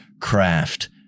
craft